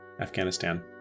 Afghanistan